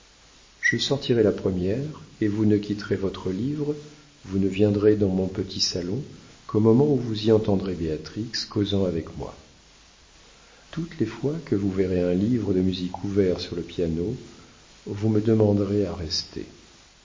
je sortirai la première et vous ne quitterez votre livre vous ne viendrez dans mon petit salon qu'au moment où vous y entendrez béatrix causant avec moi toutes les fois que vous verrez un livre de musique ouvert sur le piano vous me demanderez à rester